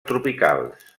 tropicals